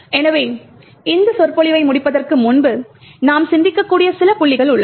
எனவே இந்த சொற்பொழிவை முடிப்பதற்கு முன்பு நாம் சிந்திக்கக்கூடிய சில புள்ளிகள் உள்ளன